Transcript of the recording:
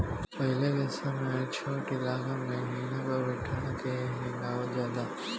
पहिले के समय छोट लइकन के हेंगा पर बइठा के हेंगावल जाला